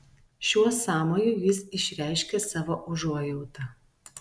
šiuo sąmoju jis išreiškė savo užuojautą